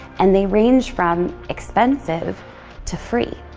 and they range from expensive to free.